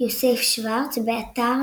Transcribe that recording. יוסף שורץ, באתר